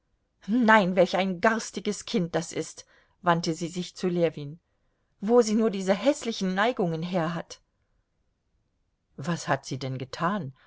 nein welch ein garstiges kind das ist wandte sie sich zu ljewin wo sie nur diese häßlichen neigungen her hat was hat sie denn getan